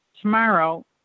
tomorrow